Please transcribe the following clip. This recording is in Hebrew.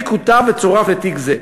התיק אותר וצורף לתיק זה.